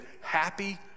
happy